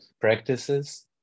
practices